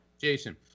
Jason